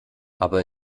aber